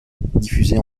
diffusée